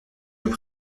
nous